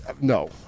no